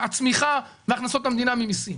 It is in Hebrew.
לצפי הצמיחה והכנסות המדינה ממיסים.